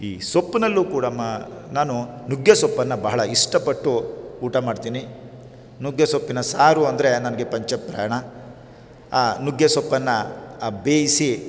ಈ ಸೊಪ್ಪಿನಲ್ಲೂ ಕೂಡ ಮಾ ನಾನು ನುಗ್ಗೆಸೊಪ್ಪನ್ನು ಬಹಳ ಇಷ್ಟಪಟ್ಟು ಊಟ ಮಾಡ್ತೀನಿ ನುಗ್ಗೆಸೊಪ್ಪಿನ ಸಾರು ಅಂದರೆ ನನಗೆ ಪಂಚಪ್ರಾಣ ಆ ನುಗ್ಗೆಸೊಪ್ಪನ್ನು ಬೇಯಿಸಿ